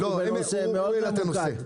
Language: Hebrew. אנחנו בנושא מאוד ממוקד.